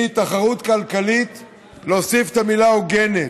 ל"תחרות" להוסיף את המילה "הוגנת".